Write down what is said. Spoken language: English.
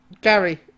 Gary